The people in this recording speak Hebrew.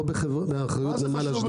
לא באחריות חברת נמלי אשדוד.